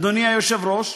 אדוני היושב-ראש?